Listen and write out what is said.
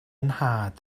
nhad